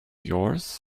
yours